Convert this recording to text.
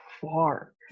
far